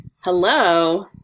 Hello